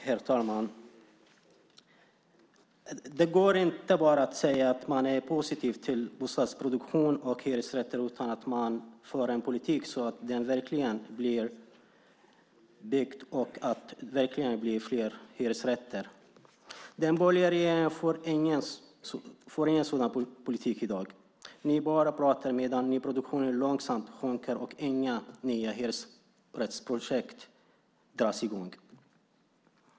Herr talman! Det går inte att bara säga att man är positiv till bostadsproduktion och till hyresrätter utan att föra en sådan politik att det verkligen byggs och blir fler hyresrätter. Den borgerliga regeringen för inte en sådan politik i dag. Ni bara pratar alltmedan nyproduktionen långsamt sjunker och inga nya hyresrättsprojekt dras i gång.